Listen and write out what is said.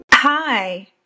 Hi